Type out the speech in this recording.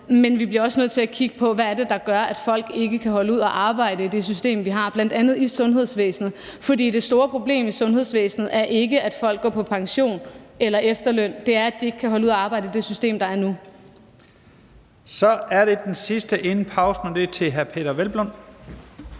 Men vi bliver også nødt til at kigge på, hvad det er, der gør, at folk ikke kan holde ud at arbejde i det system, vi har, bl.a. i sundhedsvæsenet. For det store problem i sundhedsvæsenet er ikke, at folk går på pension eller efterløn. Det er, at de ikke kan holde ud at arbejde i det system, der er nu. Kl. 11:57 Første næstformand (Leif Lahn Jensen):